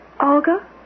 Olga